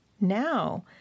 Now